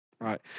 Right